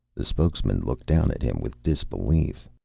the spokesman looked down at him with disbelief.